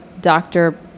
doctor